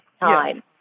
time